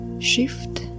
Shift